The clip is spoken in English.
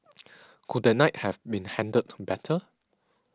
could that night have been handled better